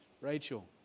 Rachel